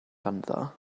ganddo